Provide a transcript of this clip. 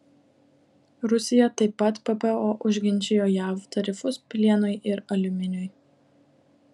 rusija taip pat ppo užginčijo jav tarifus plienui ir aliuminiui